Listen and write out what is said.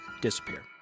disappear